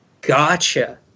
Gotcha